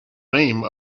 name